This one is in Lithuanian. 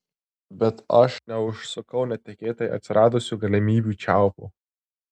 bet aš neužsukau netikėtai atsiradusių galimybių čiaupo